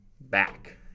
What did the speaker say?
back